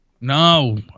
No